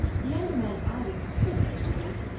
the younger man's eyelid quivered a little.